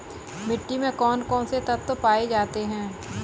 मिट्टी में कौन कौन से तत्व पाए जाते हैं?